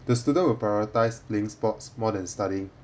the student will prioritise playing sports more than studying